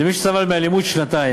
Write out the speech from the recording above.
למי שסבל מאלימות שנתיים.